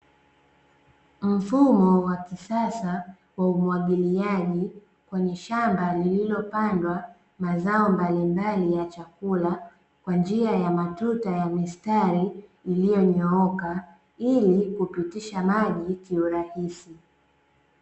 Mfumo wa kisasa wa umwagiliaji kwenye shamba liliopandwa mazao mbalimbali ya chakula kwa njia ya matuta ya mistari iliyonyooka ili kupitisha maji kiurahisi.